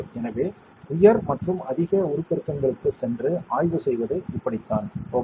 எனவே உயர் மற்றும் அதிக உருப்பெருக்கங்களுக்குச் சென்று ஆய்வு செய்வது இப்படித்தான் ஓகே